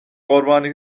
قربانی